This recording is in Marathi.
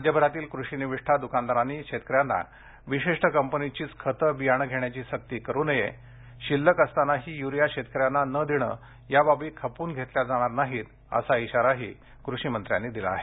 राज्यभरातील कृषि निविष्ठा दुकानदारांनी शेतकऱ्यांना विशिष्ट कंपनीचीच खतं बियाणं घेण्याची सक्ती करू नये शिल्लक असतानाही यूरिया शेतकऱ्यांना न देणं याबाबी खपवून घेतल्या जाणार नाही अशा इशाराही कृषिमंत्र्यांनी दिला आहे